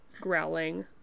growling